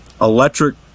Electric